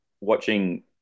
Watching